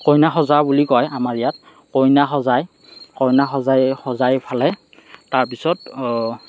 কইনা সজা বুলি কয় আমাৰ ইয়াত কইনা সজায় কইনা সজাই সজাই পেলাই তাৰ পিছত